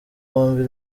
bombi